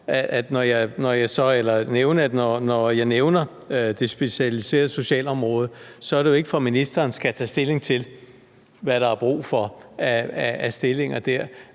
når jeg nævner det specialiserede socialområde, er det jo ikke for, at ministeren skal tage stilling til, hvad der er brug for af stillinger der;